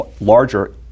Larger